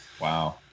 Wow